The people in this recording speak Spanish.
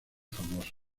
famosas